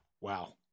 wow